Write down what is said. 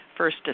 First